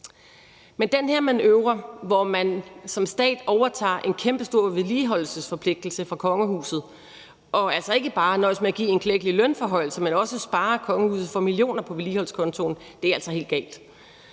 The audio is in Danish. Men den her manøvre, hvor man som stat overtager en kæmpestor vedligeholdelsesforpligtelse for kongehuset og altså ikke bare nøjes med at give en klækkelig lønforhøjelse, men også sparer kongehuset for millioner på vedligeholdelseskontoen, er altså helt gal.